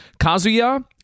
Kazuya